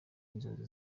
inzozi